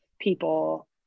people